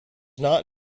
not